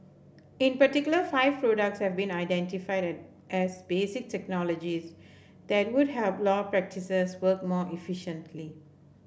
in particular five products have been identified as basic technologies that would help law practices work more efficiently